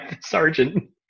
Sergeant